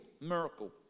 miracle